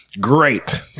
Great